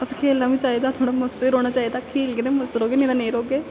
अस खेलना बी चाहिदा थोह्ड़ा मस्त बी रौह्ना चाहिदा खेलगे ते मस्त रौह्गे नेईं ते नेईं रौह्गे